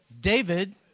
David